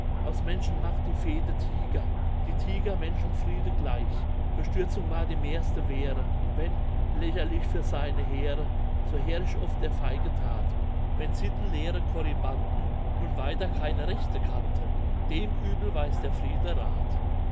aus menschen macht die fehde tiger die tiger menschen friede gleich bestürzung war die mehrste wehre wenn lächerlich für seine heere so herrisch oft der feige that wenn sittenleere corybanten nun weiter keine rechte kannten dem uebel weiß der friede rath